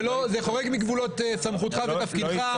זה חורג מגבולות סמכותך ותפקידך.